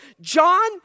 John